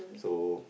so